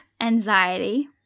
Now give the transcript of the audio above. anxiety